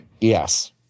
yes